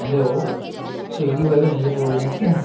hello Swiggy वाले भय्या बोल रहें है क्या